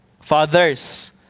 Fathers